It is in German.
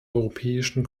europäischen